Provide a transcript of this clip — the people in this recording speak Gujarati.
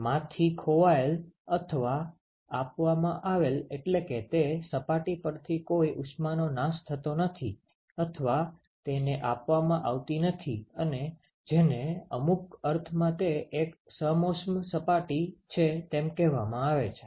'માંથી ખોવાયેલ' અથવા 'આપવામાં આવેલ' એટલે કે તે સપાટી પરથી કોઈ ઉષ્માનો નાશ થતો નથી અથવા તેને આપવામાં આવતી નથી અને જેને અમુક અર્થમાં તે એક સમોષ્મ સપાટી છે તેમ કહેવામાં આવે છે